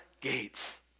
gates